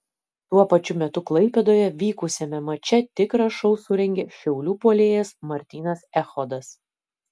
tuo pačiu metu klaipėdoje vykusiame mače tikrą šou surengė šiaulių puolėjas martynas echodas